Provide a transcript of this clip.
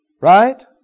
Right